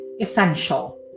essential